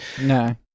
No